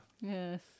Yes